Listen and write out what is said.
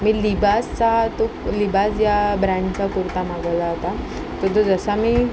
मी लिबाजचा तो लिबाज या ब्रँडचा कुर्ता मागवला होता तर तो जसा मी